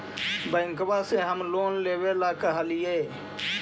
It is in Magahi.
बैंकवा से हम लोन लेवेल कहलिऐ?